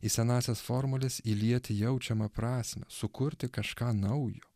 į senąsias formules įlieti jaučiamą prasmę sukurti kažką naujo